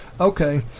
okay